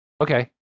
Okay